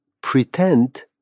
pretend